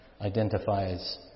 identifies